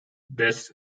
best